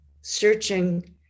searching